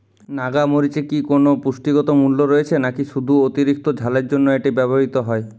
নাগা মরিচে কি কোনো পুষ্টিগত মূল্য রয়েছে নাকি শুধু অতিরিক্ত ঝালের জন্য এটি ব্যবহৃত হয়?